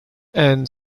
and